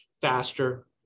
faster